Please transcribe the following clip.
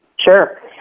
Sure